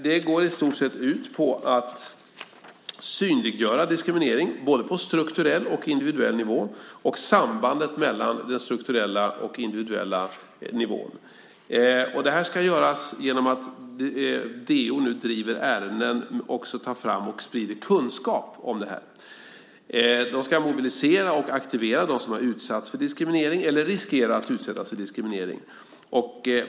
Det går i stort sett ut på att synliggöra diskriminering, både på strukturell och individuell nivå och sambandet mellan den strukturella och individuella nivån. Det ska göras genom att DO nu driver ärenden och också tar fram och sprider kunskap om det här. Man ska mobilisera och aktivera dem som har utsatts för diskriminering eller riskerar att utsättas för diskriminering.